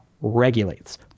regulates